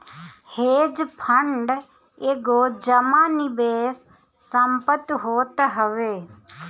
hedge fund एगो जमा निवेश संपत्ति होत हवे